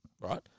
right